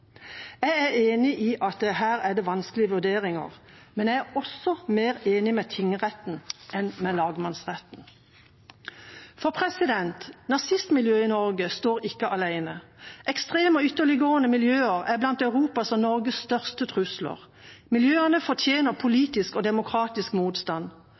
Jeg er enig i at her er det vanskelige vurderinger, men jeg er også mer enig med tingretten enn med lagmannsretten. For nazistmiljøet i Norge står ikke alene. Ekstreme og ytterliggående miljøer er blant Europas og Norges største trusler. Miljøene fortjener politisk og demokratisk motstand,